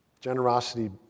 Generosity